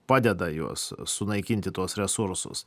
padeda juos sunaikinti tuos resursus